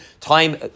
time